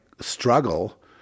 struggle